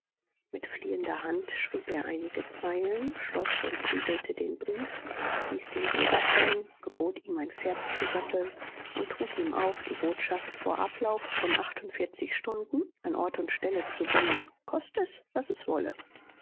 mit fliehender hand schrieb er einige zeilen schloß und siegelte den brief ließ den jäger kommen gebot ihm ein pferd zu satteln und trug ihm auf die botschaft vor ablauf von achtundvierzig stunden an ort und stelle zu bringen kost es was es wolle